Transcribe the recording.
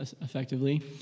effectively